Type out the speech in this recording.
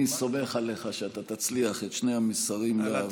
אני סומך עליך שאתה תצליח את שני המסרים להעביר.